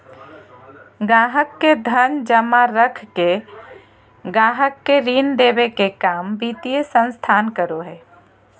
गाहक़ के धन जमा रख के गाहक़ के ऋण देबे के काम वित्तीय संस्थान करो हय